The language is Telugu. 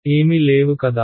ఏమి లేవు కదా